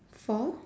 for